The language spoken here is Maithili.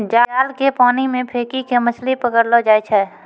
जाल के पानी मे फेकी के मछली पकड़लो जाय छै